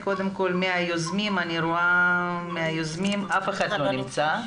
מהיוזמים, אני רואה שאף אחד לא נמצא.